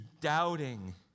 doubting